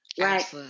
Right